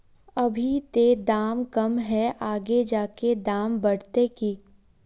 अभी ते दाम कम है आगे जाके दाम बढ़ते की?